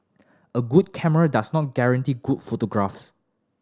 a good camera does not guarantee good photographs